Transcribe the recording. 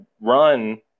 run